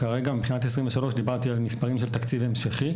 כרגע מבחינת 2023 דיברתי על מספרים של תקציב המשכי,